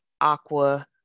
aqua